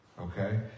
okay